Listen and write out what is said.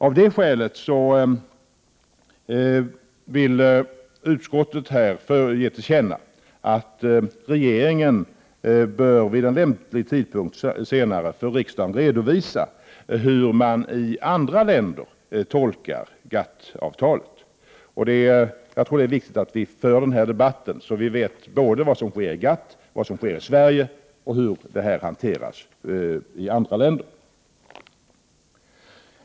Av det skälet vill utskottet att riksdagen ger regeringen till känna att regeringen vid en lämplig tidpunkt bör redovisa för riksdagen hur man i andra länder tolkar GATT-avtalet. Jag tror det är viktigt att vi för en debatt om detta så att vi vet vad som sker inom GATT, vad som sker i Sverige och hur denna fråga hanteras i andra länder.